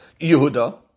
Yehuda